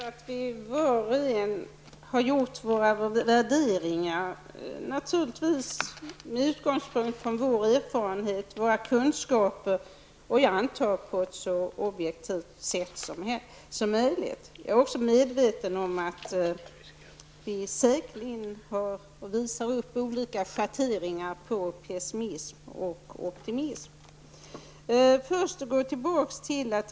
Fru talman! Det är naturligtvis riktigt att var och en på ett -- som jag antar -- så objektivt sätt som möjligt har gjort sina värderingar utifrån den erfarenhet och den kunskap som man besitter. Jag är också medveten om att det finns olika schateringar av optimism och pessimism.